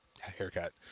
haircut